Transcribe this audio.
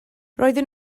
roedden